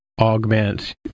augment